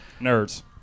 Nerds